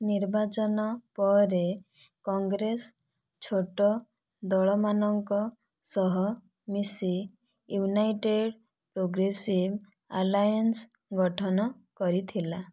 ନିର୍ବାଚନ ପରେ କଂଗ୍ରେସ ଛୋଟ ଦଳମାନଙ୍କ ସହ ମିଶି ୟୁନାଇଟେଡ୍ ପ୍ରୋଗ୍ରେସିଭ୍ ଆଲାଏନ୍ସ ଗଠନ କରିଥିଲା